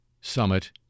summit